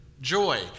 Joy